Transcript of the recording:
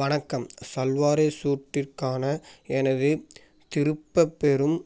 வணக்கம் சல்வாரு சூட்டிற்கான எனது திரும்பப்பெறும்